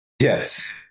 Yes